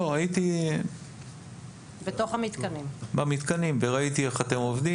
הייתי במתקנים וראיתי איך אתם עובדים.